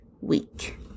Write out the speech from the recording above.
week